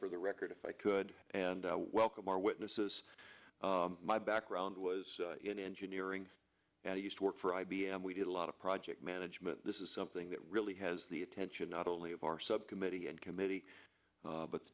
for the record if i could and welcome our witnesses my background was in engineering and i used to work for i b m we did a lot of project management this is something that really has the attention not only of our subcommittee and committee but the